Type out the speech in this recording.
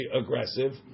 aggressive